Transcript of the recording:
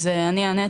אני אענה.